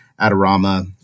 Adorama